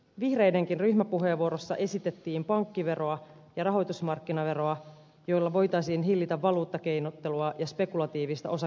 vihreidenkin ryhmäpuheenvuorossa esitettiin pankkiveroa ja rahoitusmarkkinaveroa joilla voitaisiin hillitä valuuttakeinottelua ja spekulatiivista osake ja johdannaiskauppaa